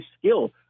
skill